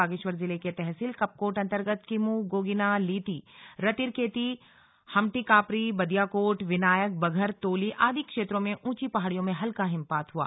बागेश्वर जिले के तहसील कपकोट अन्तर्गत किमु लीतीरातिरकेती हम्टीकापरीबदियाकोट विनायक बघर तोली आदि क्षेत्रों में ऊंची पहाड़ियों में हल्का हिमपात हुआ